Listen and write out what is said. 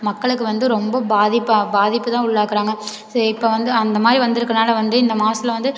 மக்களுக்கு வந்து ரொம்ப பாதிப்பை பாதிப்பு தான் உள்ளாக்கிறாங்க சரி இப்போ வந்து அந்த மாதிரி வந்து இருக்கறனால வந்து இந்த மாசத்தில் வந்து